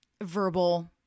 verbal